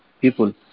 people